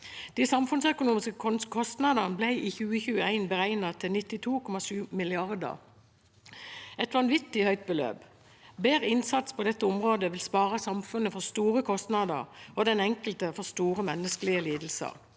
De samfunnsøkonomiske kostnadene ble i 2021 beregnet til 92,7 mrd. kr – et vanvittig høyt beløp. Bedre innsats på dette området vil spare samfunnet for store kostnader og den enkelte for store menneskelige lidelser.